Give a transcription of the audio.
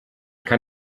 kann